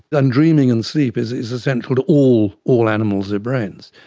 and dreaming and sleep is is essential to all all animals with brains.